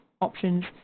options